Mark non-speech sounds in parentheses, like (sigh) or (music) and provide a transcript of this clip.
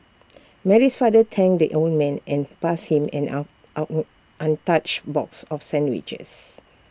Mary's father thanked the old man and passed him an on (unintelligible) untouched box of sandwiches